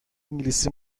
انگلیسی